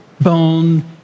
bone